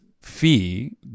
fee